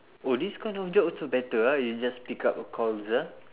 oh this kind of job also better ah you just pick up a calls ah